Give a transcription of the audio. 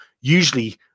usually